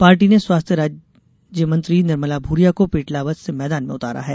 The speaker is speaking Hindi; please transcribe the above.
पार्टी ने स्वास्थ्य राज्य मंत्री निर्मला भूरिया को पेटलाबाद से मैदान में उतारा है